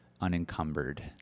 unencumbered